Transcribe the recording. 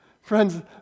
Friends